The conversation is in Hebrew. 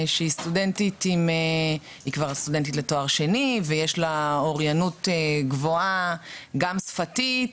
שהיא סטודנטית כבר לתואר שני ויש לה אוריינות גבוהה גם שפתית,